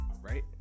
right